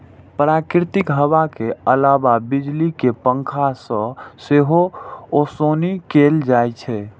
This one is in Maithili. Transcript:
प्राकृतिक हवा के अलावे बिजली के पंखा से सेहो ओसौनी कैल जाइ छै